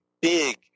big